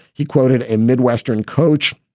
he quoted a midwestern coach.